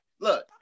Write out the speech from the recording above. Look